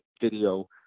video